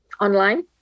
online